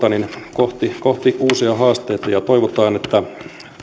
kohti kohti uusia haasteita ja toivotaan että